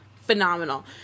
phenomenal